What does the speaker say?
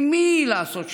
עם מי לעשות שלום?